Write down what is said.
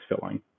filling